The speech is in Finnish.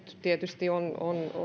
tietysti on